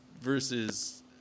versus